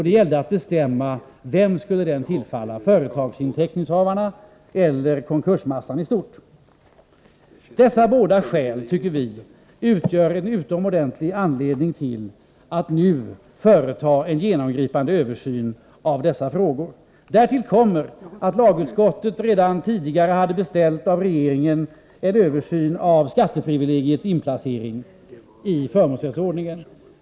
Det gällde att bestämma vem denna skulle tillfalla — företagsinteckningshavarna eller konkursmassan i stort. Dessa båda förhållanden tycker vi utgör en utomordentlig anledning till att nu företa en genomgripande översyn av dessa frågor. Därtill kommer att lagutskottet redan tidigare av regeringen hade beställt 'en översyn av skatteprivilegiets inplacering i förmånsrättsordningen.